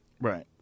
Right